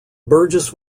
burgess